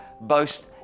boast